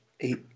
eight